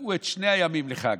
קבעו את שני הימים לחג,